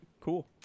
cool